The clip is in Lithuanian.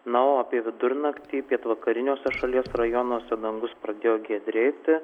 na o apie vidurnaktį pietvakariniuose šalies rajonuose dangus pradėjo giedrėti